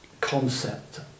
concept